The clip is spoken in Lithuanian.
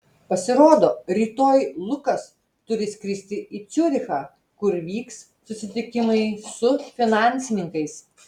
pasirodo rytoj lukas turi skristi į ciurichą kur vyks susitikimai su finansininkais